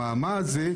המעמד הזה,